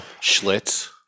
Schlitz